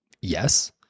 yes